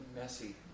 messy